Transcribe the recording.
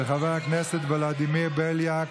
של חבר הכנסת ולדימיר בליאק.